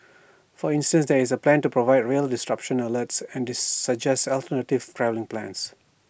for instance there is A plan to provide rail disruption alerts and suggest alternative travelling plans